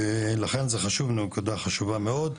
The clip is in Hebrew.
לכן זה חשוב, נקודה חשובה מאוד.